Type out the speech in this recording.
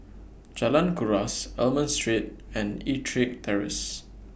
Jalan Kuras Almond Street and Ettrick Terrace